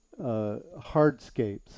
hardscapes